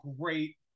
great